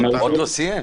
הוא עוד לא סיים.